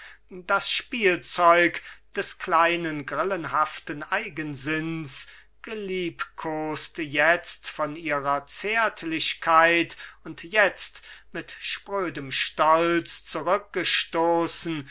das spielzeug des kleinen grillenhaften eigensinns geliebkost jetzt von ihrer zärtlichkeit und jetzt mit sprödem stolz zurückgestoßen